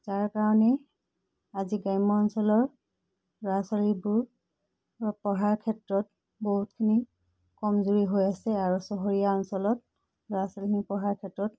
যাৰ কাৰণে আজি গ্ৰাম্য অঞ্চলৰ ল'ৰা ছোৱালীবোৰ পঢ়াৰ ক্ষেত্ৰত বহুতখিনি কমজুৰি হৈ আছে আৰু চহৰীয়া অঞ্চলত ল'ৰা ছোৱালীখিনি পঢ়াৰ ক্ষেত্ৰত